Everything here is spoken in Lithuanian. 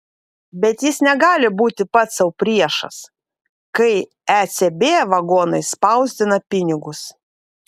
bet jis negali būti pats sau priešas kai ecb vagonais spausdina pinigus